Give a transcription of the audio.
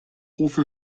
wofür